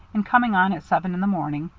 and coming on at seven in the morning,